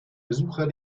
besucher